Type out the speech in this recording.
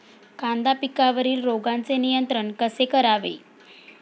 कांदा पिकावरील रोगांचे नियंत्रण कसे करावे?